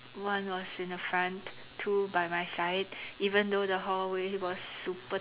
one was in a front two by my side even though the hallway was super